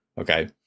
Okay